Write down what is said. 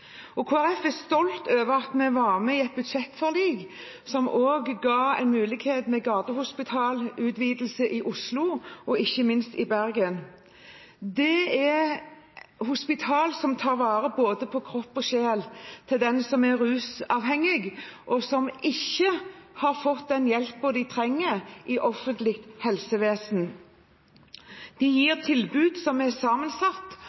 er stolt over at vi var med i et budsjettforlik som også ga en mulighet for utvidelse av gatehospitalene i Oslo og ikke minst i Bergen. Det er hospital som tar vare på både kroppen og sjelen til dem som er rusavhengige, og som ikke har fått den hjelpen de trenger i det offentlige helsevesenet. Gatehospitalene gir tilbud som er sammensatt,